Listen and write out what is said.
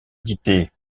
édités